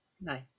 Nice